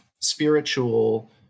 spiritual